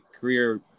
career